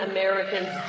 Americans